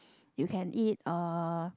you can eat uh